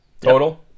Total